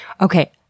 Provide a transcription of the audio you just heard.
Okay